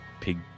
pig